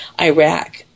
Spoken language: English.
Iraq